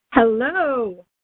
Hello